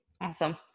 Awesome